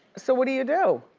so what do you do?